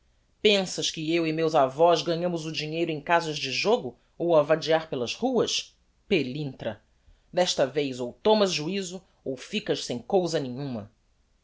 pensas que eu e meus avós ganhámos o dinheiro em casas de jogo ou a vadiar pelas ruas pelintra desta vez ou tomas juizo ou ficas sem cousa nenhuma